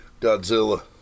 Godzilla